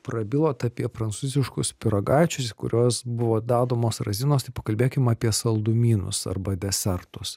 prabilot apie prancūziškus pyragaičius į kuriuos buvo dedamos razinos tai pakalbėkim apie saldumynus arba desertus